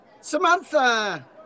Samantha